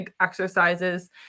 exercises